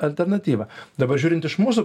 alternatyvą dabar žiūrint iš mūsų